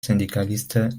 syndicaliste